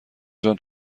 جان